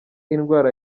indwara